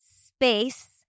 space